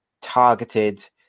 targeted